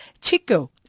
Chico